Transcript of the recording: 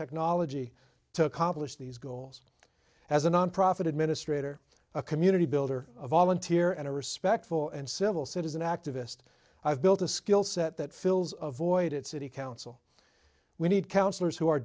technology to accomplish these goals as a nonprofit administrator a community builder a volunteer and a respectful and civil citizen activist i've built a skill set that fills up void at city council we need councillors who are